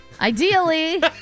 Ideally